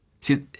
See